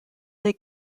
they